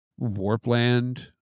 Warpland